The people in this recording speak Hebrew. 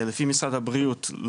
לפי משרד הבריאות,